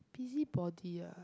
busybody ah